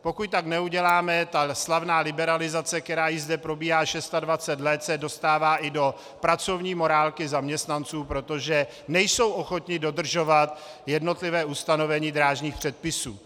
Pokud to neuděláme, ta slavná liberalizace, která zde probíhá již 26 let, se dostává i do pracovní morálky zaměstnanců, protože nejsou ochotni dodržovat jednotlivá ustanovení drážních předpisů.